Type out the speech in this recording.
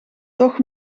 toch